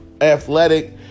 athletic